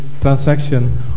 transaction